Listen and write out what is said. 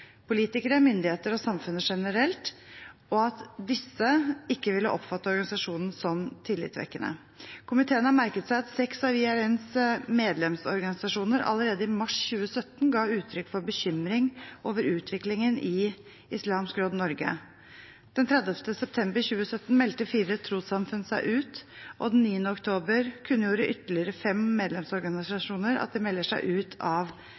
tillitvekkende. Komiteen har merket seg at seks av medlemsorganisasjonene i Islamsk Råd Norge allerede i mars 2017 ga utrykk for bekymring over utviklingen i Islamsk Råd Norge. Den 30. september 2017 meldte fire trossamfunn seg ut, og den 9. oktober 2017 kunngjorde ytterligere fem medlemsorganisasjoner at de melder seg ut av